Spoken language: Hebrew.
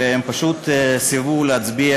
והם פשוט סירבו להצביע,